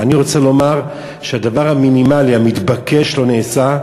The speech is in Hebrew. אני רוצה לומר שהדבר המינימלי המתבקש, שלא נעשה,